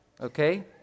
okay